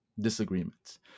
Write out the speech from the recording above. disagreements